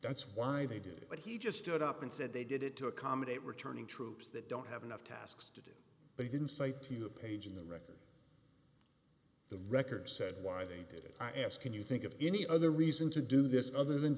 that's why they did it but he just stood up and said they did it to accommodate returning troops that don't have enough tasks to do but he didn't say to you a page in the record the records said why they did it i ask can you think of any other reason to do this other than